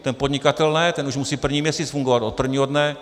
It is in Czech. Ten podnikatel ne, ten už musí první měsíc fungovat od prvního dne.